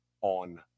on